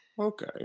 Okay